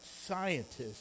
scientists